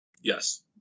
Yes